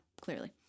clearly